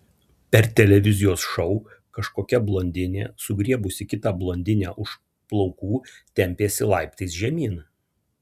per televizijos šou kažkokia blondinė sugriebusi kitą blondinę už plaukų tempėsi laiptais žemyn